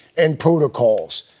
and protocols.